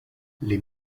les